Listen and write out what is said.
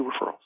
referrals